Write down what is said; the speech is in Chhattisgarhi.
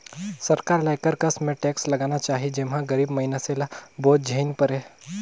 सरकार ल एकर कस में टेक्स लगाना चाही जेम्हां गरीब मइनसे ल बोझ झेइन परे